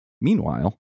Meanwhile